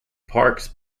parkes